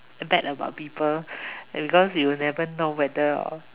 bad about people because you never know whether